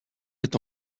est